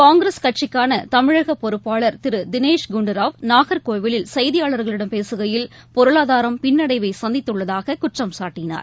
காங்கிரஸ் கட்சிக்கானதமிழகபொறப்பாளர் திருதினேஷ் குண்டுராவ் நாகர்கோவிலில் செய்தியாளர்களிடம் பேசுகையில் பொருளாதாரம் பின்னடைவைசந்தித்துள்ளதாககுற்றம் சாட்டினார்